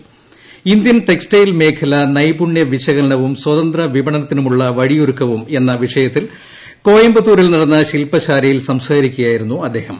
Indian textile മേഖല നൈപുണ്യ വിശകലനവും സ്വതന്ത്ര വിപണനത്തിനുള്ള വഴിയൊരുക്കവും എന്ന വിഷയത്തിൽ കോയമ്പത്തൂരിൽ നടന്ന ശിൽപശാലയിൽ സംസാരിക്കുകയായിരുന്നു അദ്ദേഹം